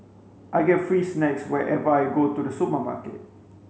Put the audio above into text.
I get free snacks whenever I go to the supermarket